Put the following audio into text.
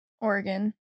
Oregon